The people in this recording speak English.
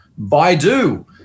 Baidu